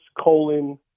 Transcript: colon